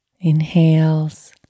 Inhales